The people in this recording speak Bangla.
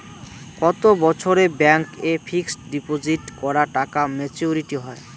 কত বছরে ব্যাংক এ ফিক্সড ডিপোজিট করা টাকা মেচুউরিটি হয়?